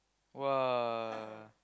!wah!